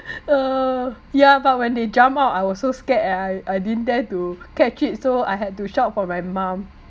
uh yeah but when they jump out I was so scared and I I didn't dare to catch it so I had to shout for my mum